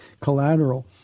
collateral